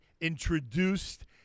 introduced